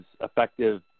effective